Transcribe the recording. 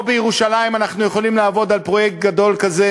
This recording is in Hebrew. פה בירושלים אנחנו יכולים לעבוד על פרויקט גדול כזה